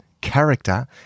character